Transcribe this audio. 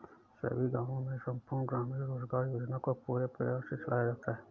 सभी गांवों में संपूर्ण ग्रामीण रोजगार योजना को पूरे प्रयास से चलाया जाता है